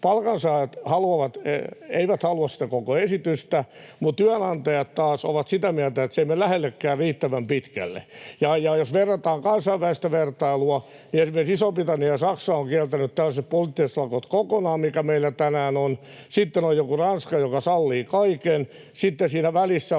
Palkansaajat eivät halua sitä koko esitystä, mutta työnantajat taas ovat sitä mieltä, että se ei mene lähellekään riittävän pitkälle. Jos verrataan kansainvälistä vertailua, niin esimerkiksi Iso-Britannia ja Saksa ovat kieltäneet kokonaan tällaiset poliittiset lakot, mikä meillä tänään on. Sitten on joku Ranska, joka sallii kaiken. Sitten siinä välissä on